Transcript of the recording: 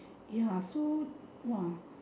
ya so !wah!